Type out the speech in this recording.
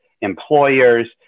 employers